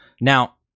Now